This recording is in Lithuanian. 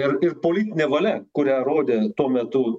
ir ir politinė valia kurią rodė tuo metu